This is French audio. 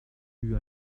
eut